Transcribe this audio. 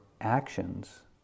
actions